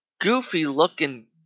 goofy-looking